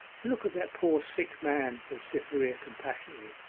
look at that poor sick man said cytherea compassionately,